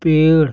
पेड़